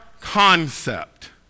concept